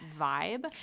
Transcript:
vibe